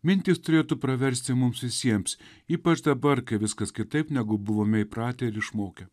mintys turėtų praversti mums visiems ypač dabar kai viskas kitaip negu buvome įpratę ir išmokę